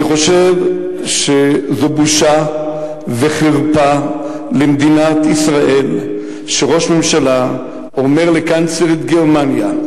אני חושב שזו בושה וחרפה למדינת ישראל שראש ממשלה אומר לקנצלרית גרמניה,